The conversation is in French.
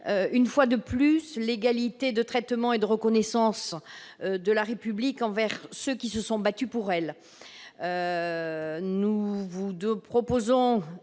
une fois de plus, l'égalité de traitement et de reconnaissance de la République envers ceux qui se sont battus pour elle. Nous vous proposons,